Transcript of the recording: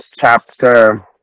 chapter